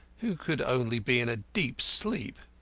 who could only be in a deep sleep.